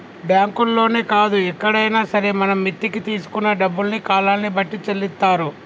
బ్యాంకుల్లోనే కాదు ఎక్కడైనా సరే మనం మిత్తికి తీసుకున్న డబ్బుల్ని కాలాన్ని బట్టి చెల్లిత్తారు